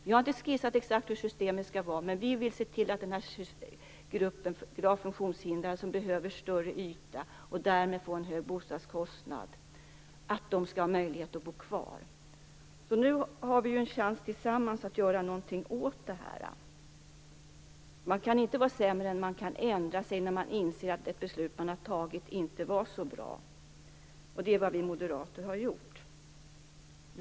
Vi har inte skissat exakt på hur systemet skall vara utformat, men vi vill se till att gruppen gravt funktionshindrade, som behöver större bostadsyta och därmed får en hög bostadskostnad, skall ha möjlighet att bo kvar. Nu har vi ju en chans att tillsammans göra någonting åt detta. Man kan inte vara sämre än att man kan ändra sig när man inser att ett tidigare fattat beslut inte var så bra, och det är vad vi moderater har gjort.